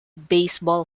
baseball